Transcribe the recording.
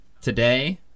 today